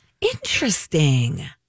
Interesting